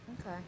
Okay